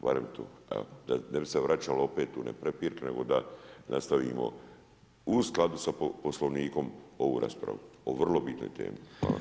Barem to, evo da bi se vračalo opet u one prepirke, nego da nastavimo u skladu sa Poslovnikom ovu raspravu o vrlo bitnoj temi.